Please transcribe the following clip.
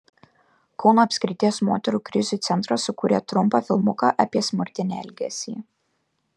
kauno apskrities moterų krizių centras sukūrė trumpą filmuką apie smurtinį elgesį